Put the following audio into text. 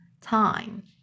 time